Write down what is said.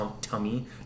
tummy